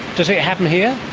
does it happen here?